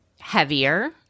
heavier